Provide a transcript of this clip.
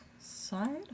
side